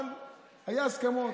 אבל היו הסכמות,